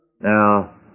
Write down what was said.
Now